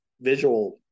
visual